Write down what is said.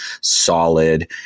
solid